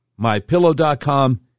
MyPillow.com